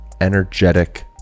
energetic